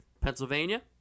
Pennsylvania